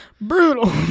Brutal